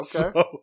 Okay